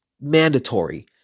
Mandatory